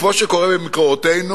כמו שקורה במקומותינו,